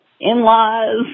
in-laws